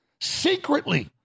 secretly